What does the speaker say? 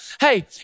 Hey